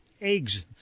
eggs